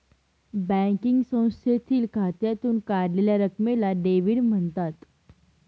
banking संस्थेतील खात्यातून काढलेल्या रकमेला डेव्हिड म्हणतात